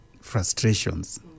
frustrations